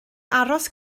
aros